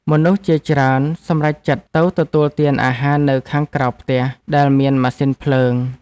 មនុស្សជាច្រើនសម្រេចចិត្តទៅទទួលទានអាហារនៅខាងក្រៅផ្ទះ ដែលមានម៉ាស៊ីនភ្លើង។